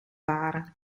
waren